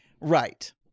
Right